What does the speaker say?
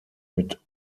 mit